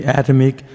atomic